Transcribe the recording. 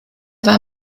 war